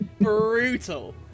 Brutal